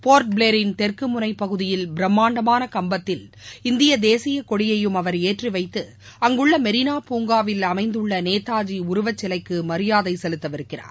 போர்ட்பிளேயரின் தெற்குமுனை பகுதியில் பிரம்மாண்டமான கம்பத்தில் இந்திய தேசிய கொடியையும் அவர் ஏற்றிவைத்து அங்குள்ள மெரினா பூங்காவில் அமைந்துள்ள நேதாஜி உருவச்சிலைக்கு மியாதை செலுத்தவிருக்கிறார்